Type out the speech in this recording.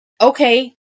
okay